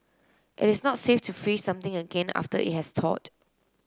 it is not safe to freeze something again after it has thawed